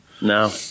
No